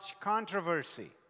controversy